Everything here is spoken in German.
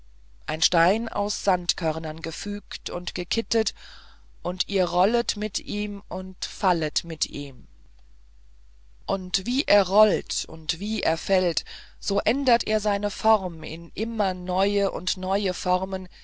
ein stein aus sandkörnern gefügt und gekittet und ihr rollet mit ihm und fallet mit ihm und wie er rollt und wie er fällt so ändert er seine form in immer neue und neue formen